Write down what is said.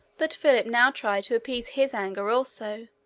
but philip now tried to appease his anger, also,